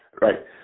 right